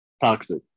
toxic